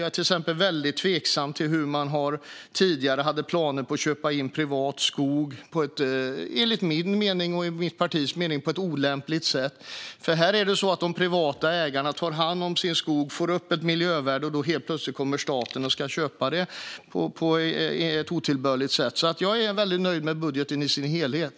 Jag är till exempel väldigt tveksam till att man tidigare hade planer på att köpa in privat skog på ett, enligt min och mitt partis mening, olämpligt sätt. De privata ägarna tar hand om sin skog och får upp ett miljövärde, och så kommer helt plötsligt staten och ska köpa den på ett otillbörligt sätt. Jag är väldigt nöjd med budgeten i sin helhet.